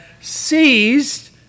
seized